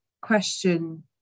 question